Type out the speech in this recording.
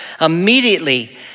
immediately